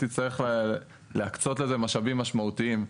היא תצטרך להקצות לזה משאבים משמעותיים.